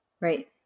Right